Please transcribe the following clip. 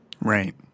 Right